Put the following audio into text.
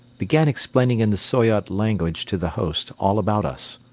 began explaining in the soyot language to the host all about us.